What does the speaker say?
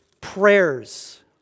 prayers